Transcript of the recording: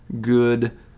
good